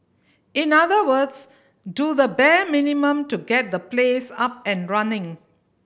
in other words do the bare minimum to get the place up and running